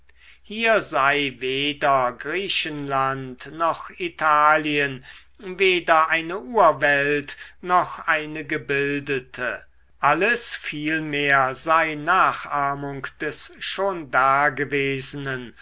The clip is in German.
hier sei weder griechenland noch italien weder eine urwelt noch eine gebildete alles vielmehr sei nachahmung des schon dagewesenen